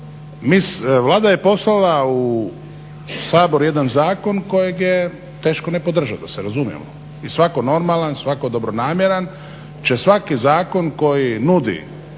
Vlada je poslala u Sabor jedan zakon kojeg je teško ne podržati, da se razumijemo. I svatko normalan svatko dobronamjeran će svaki zakon koji nudi